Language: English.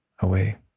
away